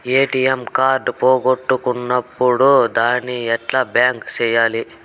ATM card పోగొట్టుకున్నప్పుడు దాన్ని ఎట్లా బ్లాక్ సేయాలి